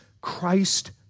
Christ